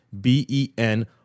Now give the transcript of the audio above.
B-E-N